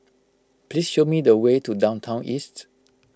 please show me the way to Downtown East